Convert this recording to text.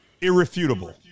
Irrefutable